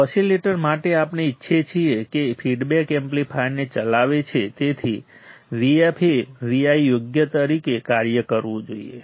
oscillator માટે આપણે ઇચ્છીએ છીએ કે ફીડબેક એમ્પ્લીફાયરને ચલાવે તેથી Vf એ Vi યોગ્ય તરીકે કાર્ય કરવું જોઈએ